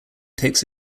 takes